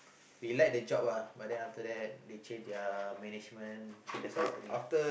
you like the job uh but then after that they change their management change their company